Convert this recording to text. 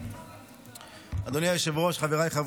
נמנעים.